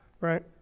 right